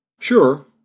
Sure